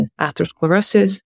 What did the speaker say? atherosclerosis